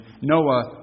Noah